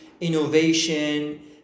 innovation